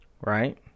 right